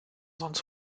sonst